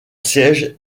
siège